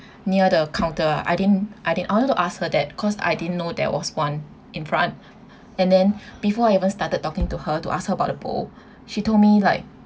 near the counter I didn't I didn't I wanted to ask her that 'cause I didn't know there was one in front and then before I even started talking to her to ask her about the bowl she told me like